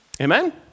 Amen